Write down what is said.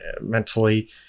mentally